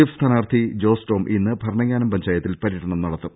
F സ്ഥാനാർത്ഥി ജോസ് ടോം ഇന്ന് ഭരണങ്ങാനം പഞ്ചായത്തിൽ പരൃടനം നടത്തും